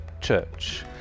church